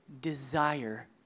desire